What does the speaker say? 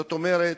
זאת אומרת,